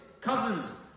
cousins